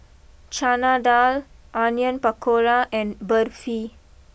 Chana Dal Onion Pakora and Barfi